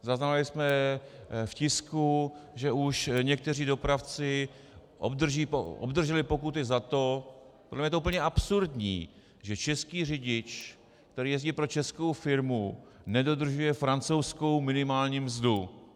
Zaznamenali jsme v tisku, že už někteří dopravci obdrželi pokuty za to je to úplně absurdní , že český řidič, který jezdí pro českou firmu, nedodržuje francouzskou minimální mzdu.